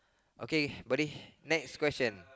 okay buddy next question